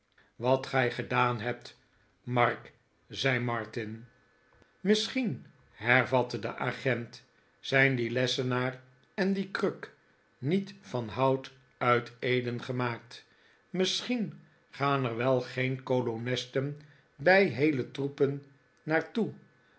wat gij gedaan hebt mark zei martin misschien hervatte de agent zijn die lessenaar en die kruk niet van hout uit eden gemaakt misschien gaan er wel geen kolonisten bij heele troepen naar